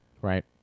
Right